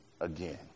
again